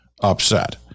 upset